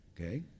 okay